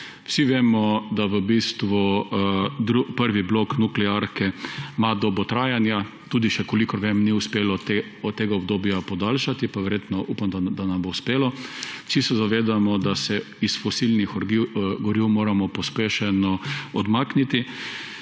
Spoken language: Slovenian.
Vsi vemo, da v bistvu prvi blok nuklearke ima dobo trajanja, kolikor vem, tudi še ni uspelo tega obdobja podaljšati, pa verjetno upam, da nam bo uspelo. Vsi se zavedamo, da se od fosilnih goriv moramo pospešeno odmakniti.